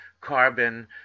carbon